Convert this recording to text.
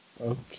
Okay